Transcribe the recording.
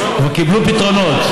כבר קיבלו פתרונות.